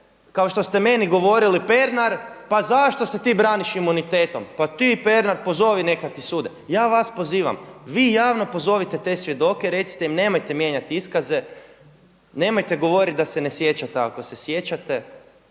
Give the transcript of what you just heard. kao što ste meni govorili, Pernar pa zašto se ti braniš imunitetom, pa ti Pernar pozovi neka ti sude. Ja vas pozivam, vi javno pozovite te svjedoke i recite im nemojte mijenjati iskaze, nemojte govoriti da se ne sjećate ako se sjećate.